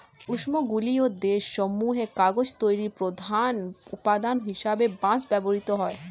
উষ্ণমণ্ডলীয় দেশ সমূহে কাগজ তৈরির প্রধান উপাদান হিসেবে বাঁশ ব্যবহৃত হয়